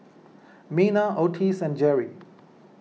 Mena Ottis and Jeri